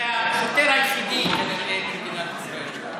זה השוטר היחיד במדינת ישראל.